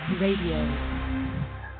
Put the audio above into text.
Radio